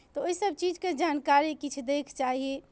तऽ ओहिसभ चीजके जानकारी किछु दैके चाही